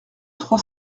trois